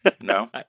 No